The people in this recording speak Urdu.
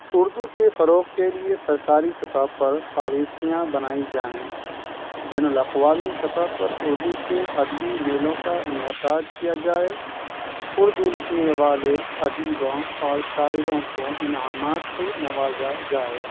اردو کے فروغ کے لیے سرکاری سطح پر پالسیاں بنائی جائیں بین الاقوامی سطح پر اردو کے ادبی میلوں کا انعقاد کیا جائے اردو لکھنے والے ادیبوں اور شاعروں کو انعامات سے نوازا جائے